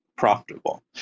profitable